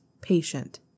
patient